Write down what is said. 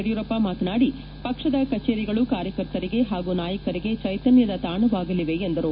ಯಡಿಯೂರಪ್ಪ ಮಾತನಾಡಿ ಪಕ್ಷದ ಕಚೇರಿಗಳು ಕಾರ್ಯಕರ್ತರಿಗೆ ಮತ್ತು ನಾಯಕರಿಗೆ ಚೈತ್ವನದ ತಾಣವಾಗಲಿದೆ ಎಂದರು